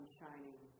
shining